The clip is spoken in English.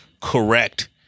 correct